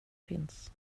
finns